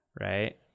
right